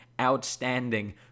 outstanding